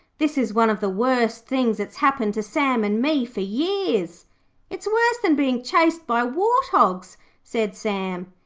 this is one of the worst things that's happened to sam and me for years it's worse than being chased by wart-hogs said sam.